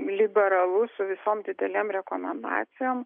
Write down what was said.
liberalus su visom didelėm rekomendacijom